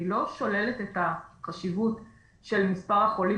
אני לא שוללת את החשיבות של מספר החולים